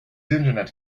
internet